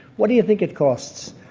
what do you think it costs?